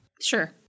Sure